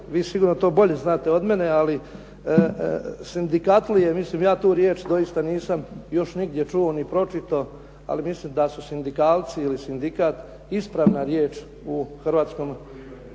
vi sigurno to bolje znate od mene, ali sindikatlije mislim ja tu riječ doista nisam još nigdje čuo ni pročitao, ali mislim da su sindikalci ili sindikat ispravna riječ u hrvatskom